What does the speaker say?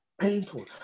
painful